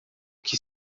que